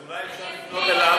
אז אולי אפשר לפנות אליו,